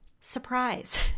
surprise